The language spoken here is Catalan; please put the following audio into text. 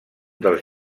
dels